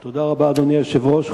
תודה רבה, אדוני היושב-ראש.